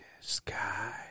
Sky